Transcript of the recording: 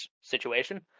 situation